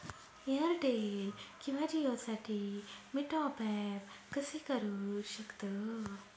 Airtel किंवा जिओसाठी मी टॉप ॲप कसे करु शकतो?